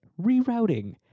rerouting